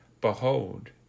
Behold